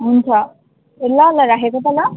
हुन्छ ल ल राखेको त ल